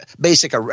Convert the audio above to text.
basic